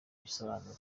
igisobanuro